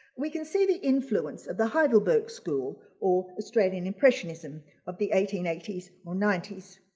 we can see the influence of the heidelberg school or australian impressionism of the eighteen eighty s or ninety s.